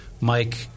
Mike